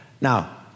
Now